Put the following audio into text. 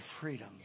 freedom